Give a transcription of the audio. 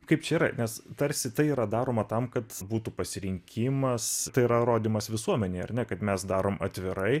kaip čia yra nes tarsi tai yra daroma tam kad būtų pasirinkimas tai yra rodymas visuomenei ar ne kad mes darom atvirai